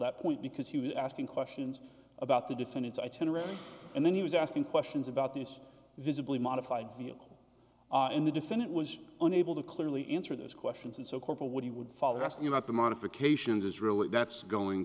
that point because he was asking questions about the defendant's attorney really and then he was asking questions about this visibly modified in the defendant was unable to clearly answer those questions and so corporal what he would follow asking about the modifications is really that's going